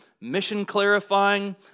mission-clarifying